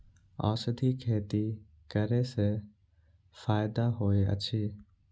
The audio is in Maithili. औषधि खेती करे स फायदा होय अछि?